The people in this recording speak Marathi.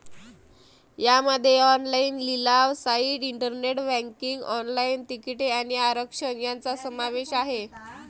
यामध्ये ऑनलाइन लिलाव साइट, इंटरनेट बँकिंग, ऑनलाइन तिकिटे आणि आरक्षण यांचा समावेश आहे